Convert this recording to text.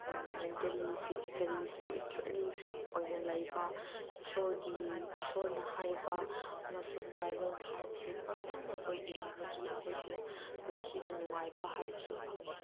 mentally physically spiritually fit ꯑꯣꯏꯅ ꯂꯩꯕ ꯏꯁꯣꯔꯒꯤ ꯏꯁꯣꯔꯅ ꯍꯥꯏꯕ ꯑꯃꯁꯨꯡ ꯕꯥꯏꯕꯜꯅ ꯍꯥꯏꯕꯁꯤ ꯐꯖꯅ ꯑꯩꯈꯣꯏ ꯏꯜꯂꯕꯗꯤ ꯑꯩꯈꯣꯏꯁꯦ ꯄꯨꯟꯁꯤꯗ ꯅꯨꯡꯉꯥꯏꯕ ꯍꯥꯏꯕꯁꯨ ꯐꯪꯉꯦ